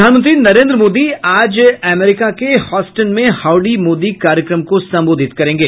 प्रधानमंत्री नरेन्द्र मोदी आज अमरीका के ह्यूस्टन में हाउडी मोदी कार्यक्रम को संबोधित करेंगे